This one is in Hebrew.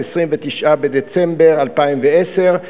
29 בדצמבר 2010,